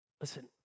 Listen